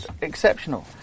exceptional